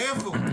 מאיפה?